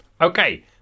Okay